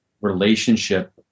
relationship